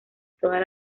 todas